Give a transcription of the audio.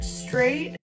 straight